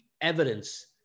evidence